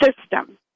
system